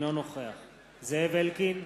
אינו נוכח זאב אלקין,